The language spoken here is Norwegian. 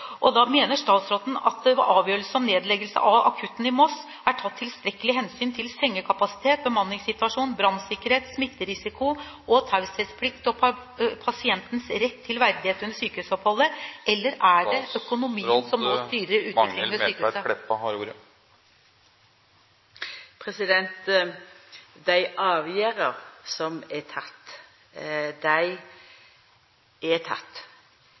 Mener statsråden at det ved avgjørelsen om nedleggelse av akuttmottaket i Moss er tatt tilstrekkelig hensyn til sengekapasitet, bemanningssituasjon, brannsikkerhet, smitterisiko, taushetsplikt og pasientens rett til verdighet under sykehusoppholdet, eller er det økonomien som nå styrer utviklingen ved sykehuset? Dei avgjerdene som er tekne, er tekne. Men det som er viktig framover, er